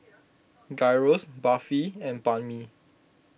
Gyros Barfi and Banh Mi